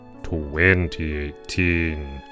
2018